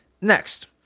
Next